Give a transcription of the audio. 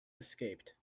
escaped